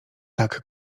tak